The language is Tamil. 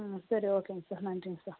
ம் சரி ஓகேங்க சார் நன்றிங்க சார்